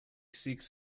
seeks